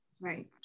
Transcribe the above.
Right